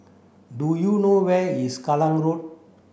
do you know where is Kallang Road